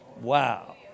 Wow